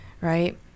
Right